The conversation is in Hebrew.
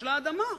של האדמה.